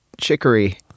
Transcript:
chicory